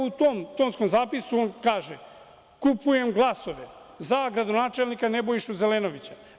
U tom tonskom zapisu kaže – kupujem glasove za gradonačelnika Nebojšu Zelenovića.